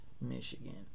Michigan